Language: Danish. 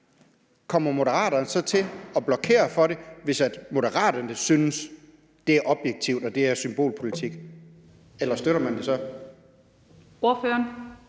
kommer Moderaterne så til at blokere for det, hvis Moderaterne synes det objektivt set er symbolpolitik, eller støtter man det så?